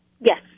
Yes